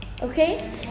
Okay